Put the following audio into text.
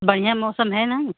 बढ़िया मौसम है ना